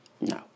no